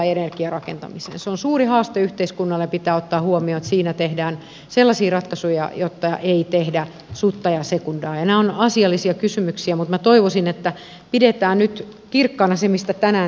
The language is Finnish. se on suuri haaste yhteiskunnalle ja pitää ottaa huomioon että siinä tehdään sellaisia ratkaisuja jotta ei tehdä sutta ja sekundaa ja nämä ovat asiallisia kysymyksiä mutta minä toivoisin että pidetään nyt kirkkaana se mistä tänään täällä keskustellaan